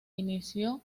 inició